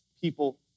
people